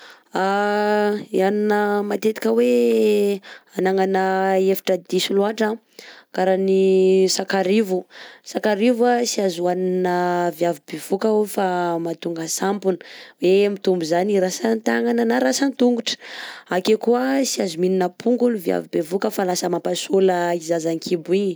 Hanina matetika hoe anagnana hevitra diso loatra an karan'ny sakarivo sakarivo tsy azo hohanina viavy bivoka hono fa mahatonga sampona hoe mitombo zany rantsan-tagnana na rantsan-tongotra, akeo koà tsy azo miinana pongy hono viavy bevoka fa lasa mampa saola i zaza an-kibo igny.